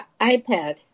iPad